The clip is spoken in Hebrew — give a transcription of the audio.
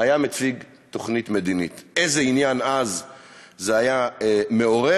היה מציג תוכנית מדינית איזה עניין אז זה היה מעורר,